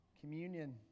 Communion